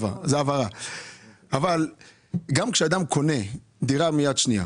אבל גם כשאדם קונה דירה מיד שנייה